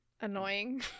annoying